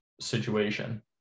situation